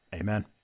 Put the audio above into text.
Amen